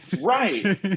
right